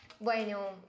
Bueno